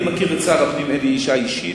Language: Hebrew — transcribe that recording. אני מכיר את שר הפנים אלי ישי אישית,